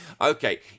Okay